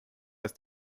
ist